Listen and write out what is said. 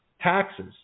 taxes